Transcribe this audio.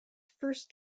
first